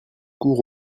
courts